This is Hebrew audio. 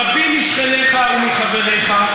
רבים משכניך ומחבריך,